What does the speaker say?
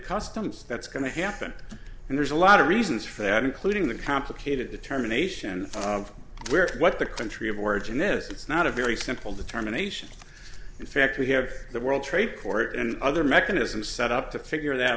customs that's going to happen and there's a lot of reasons for that including the complicated determination of where or what the country of origin is it's not a very simple determination in fact we have the world trade court and other mechanisms set up to figure that